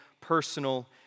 personal